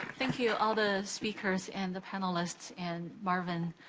thank you all the speakers and the panelists and marvin,